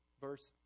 verse